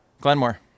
Glenmore